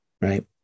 Right